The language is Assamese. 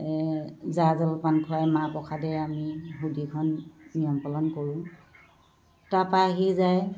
জা জলপান খুৱাই মাহ প্ৰসাদে আমি শুদিখন নিয়ম পালন কৰোঁ তাৰপৰা আহি যায়